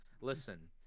Listen